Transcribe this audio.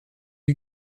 eut